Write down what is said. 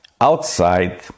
outside